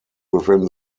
within